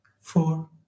four